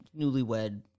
newlywed